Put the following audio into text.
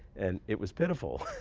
and it was pitiful.